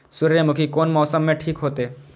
सूर्यमुखी कोन मौसम में ठीक होते?